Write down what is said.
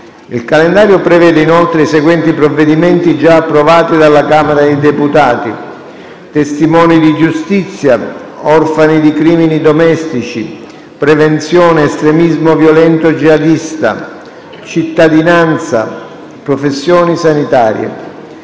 Il calendario prevede, inoltre, i seguenti provvedimenti, già approvati dalla Camera dei deputati: testimoni di giustizia; orfani di crimini domestici; prevenzione estremismo violento jihadista; cittadinanza e professioni sanitarie.